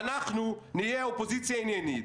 ואנחנו נהיה אופוזיציה עניינית.